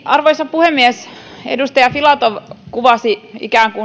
arvoisa puhemies edustaja filatov kuvasi